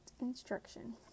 instruction